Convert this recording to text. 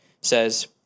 says